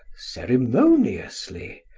ceremoniously,